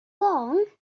wrong